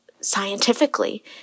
scientifically